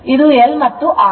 ಇದು L ಮತ್ತು ಇದು R